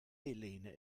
helene